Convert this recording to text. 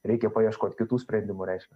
reikia paieškot kitų sprendimų reiškia